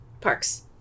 Parks